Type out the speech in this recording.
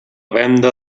venda